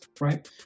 right